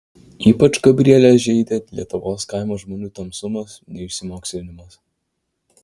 ypač gabrielę žeidė lietuvos kaimo žmonių tamsumas neišsimokslinimas